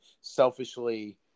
selfishly